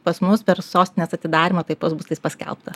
pas mus per sostinės atidarymą taip pat bus tai paskelbta